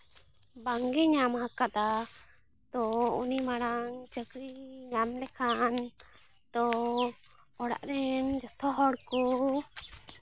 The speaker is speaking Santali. ᱵᱟᱝᱜᱮ ᱧᱟᱢ ᱠᱟᱫᱟ ᱛᱚ ᱩᱱᱤ ᱢᱟᱲᱟᱝ ᱪᱟᱹᱠᱨᱤ ᱧᱟᱢ ᱞᱮᱠᱷᱟᱱ ᱛᱚ ᱚᱲᱟᱜ ᱨᱮᱱ ᱡᱚᱛᱚ ᱦᱚᱲ ᱠᱚ